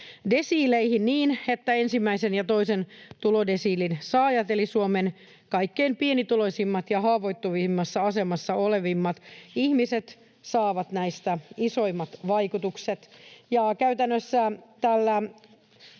tulodesiileihin, niin että ensimmäisen ja toisen tulodesiilin saajat eli Suomen kaikkein pienituloisimmat ja haavoittuvimmassa asemassa olevat ihmiset saavat näistä isoimmat vaikutukset. Käytännössä tässä